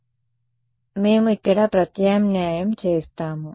కాబట్టి మేము ఇక్కడ ప్రత్యామ్నాయం చేస్తాము